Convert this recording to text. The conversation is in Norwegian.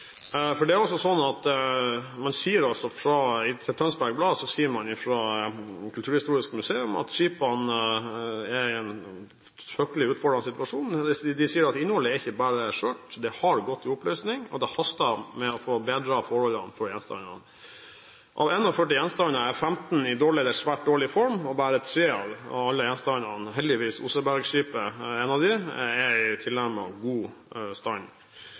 for å sikre skipene og gjenstandene på en best mulig måte. Det er bra at statsråden tydeligvis er kjent med saken. Fra Kulturhistorisk museum sier man – gjennom Tønsbergs Blad – at skipene er i en fryktelig utfordrende situasjon. De sier at innholdet ikke bare er skjørt – det har gått i oppløsning, og det haster med å forbedre forholdene for gjenstandene. Av 41 gjenstander er 15 i dårlig eller svært dårlig form, og bare tre av alle gjenstandene – heldigvis er Osebergskipet en av dem – er